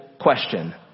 question